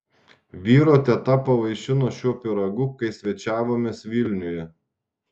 vyro teta pavaišino šiuo pyragu kai svečiavomės vilniuje